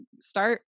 start